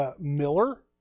Miller